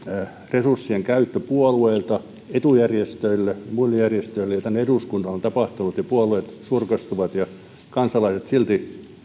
resurssien käyttö puolueilta etujärjestöille muille järjestöille ja tänne eduskuntaan on tapahtunut ja puolueet surkastuvat ja kansalaiset silti